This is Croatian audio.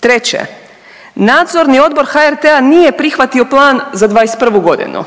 Treće, nadzorni odbor HRT-a nije prihvatio plan za '21. godinu